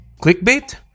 clickbait